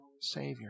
Savior